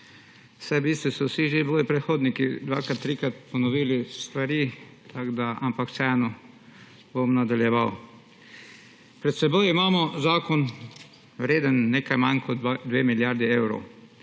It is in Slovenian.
v bistvu so že vsi moji predhodniki dvakrat, trikrat ponovili stvari, ampak vseeno bom nadaljeval. Pred seboj imamo zakon, vreden nekaj manj kot 2 milijardi evrov.